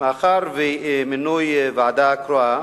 מאחר שמינוי ועדה קרואה